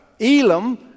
Elam